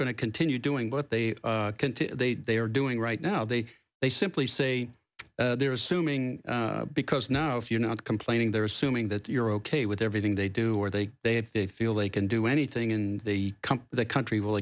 going to continue doing what they can to they they are doing right now they they simply say they're assuming because now if you're not complaining they're assuming that you're ok with everything they do or they they they feel they can do anything in the come the country will